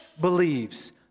believes